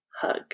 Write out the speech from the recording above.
hug